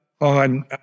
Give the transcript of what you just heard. on